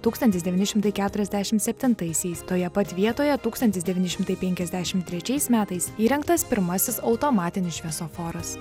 tūkstantis devyni šimtai keturiasdešimt septintaisiais toje pat vietoje tūkstantis devyni šimtai penkiasdešimt trečiais metais įrengtas pirmasis automatinis šviesoforas